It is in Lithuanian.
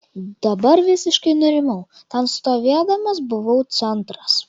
dabar visiškai nurimau ten stovėdamas buvau centras